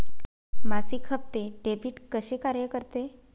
मासिक हप्ते, डेबिट कसे कार्य करते